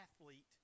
athlete